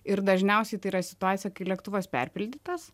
ir dažniausiai tai yra situacija kai lėktuvas perpildytas